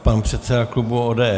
Pan předseda klubu ODS.